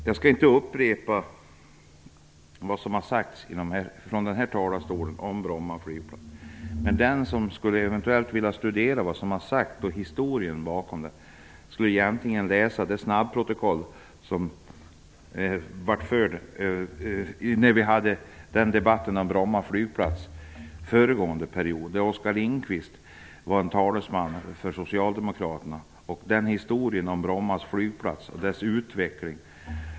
Jag skall inte upprepa vad som har sagts från denna talarstol om Bromma flygplats. Men den som eventuellt vill gå tillbaka i historien och studera vad som har sagts om Bromma flygplats kan läsa snabbprotokollet från debatten under föregående mandatperiod. Oskar Lindkvist, som var talesman för Socialdemokraterna, gjorde då en väldigt bra beskrivning av historien om Bromma flygplats och dess utveckling.